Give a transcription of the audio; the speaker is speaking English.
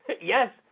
Yes